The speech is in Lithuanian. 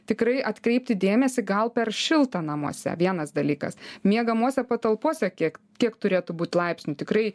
tikrai atkreipti dėmesį gal per šilta namuose vienas dalykas miegamose patalpose kiek kiek turėtų būt laipsnių tikrai